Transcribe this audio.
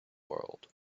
world